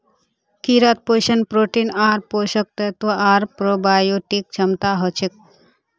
कीड़ात पोषण प्रोटीन आर पोषक तत्व आर प्रोबायोटिक क्षमता हछेक